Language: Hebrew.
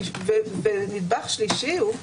נדבך שלישי הוא,